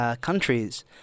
countries